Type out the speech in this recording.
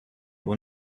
will